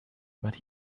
but